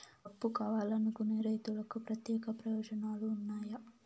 అప్పు కావాలనుకునే రైతులకు ప్రత్యేక ప్రయోజనాలు ఉన్నాయా?